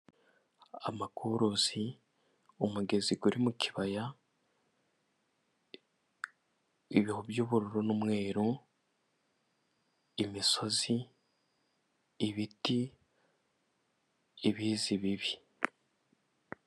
Amakurosi, umugezi uri mu kibaya, ibihu by'ubururu n'umweru, imisozi, ibiti n'ibizi bibi.